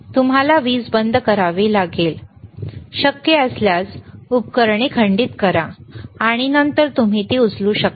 तुम्हाला वीज बंद करावी लागेल शक्य असल्यास उपकरणे खंडित करा आणि नंतर तुम्ही ती उचलू शकता